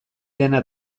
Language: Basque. dena